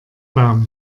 baum